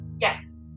Yes